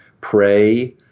pray